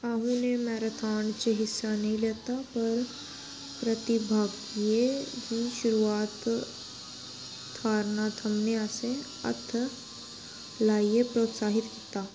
उ'नें मैराथन च हिस्सा नेईं लैता पर प्रतिभागियें गी शुरुआती थाह्रा थमां हत्थ ल्हाइयै प्रोत्साहत कीता